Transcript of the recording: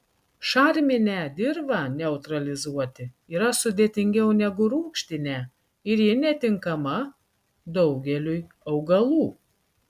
šarminę dirvą neutralizuoti yra sudėtingiau negu rūgštinę ir ji netinkama daugeliui augalų